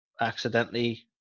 accidentally